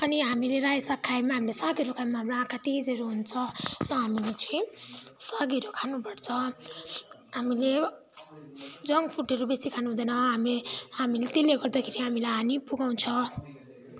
अनि हामीले रायो साग खायौँ हामीले सागहरू खायो भने हाम्रो आँखाहरू तेजहरू हुन्छ र हामीलाई चाहिँ सागहरू खानुपर्छ हामीले जङ्क फुडहरू बेसी खानु हुँदैन हामीले त्यसले गर्दाखेरि हामीलाई हानि पुर्याउँछ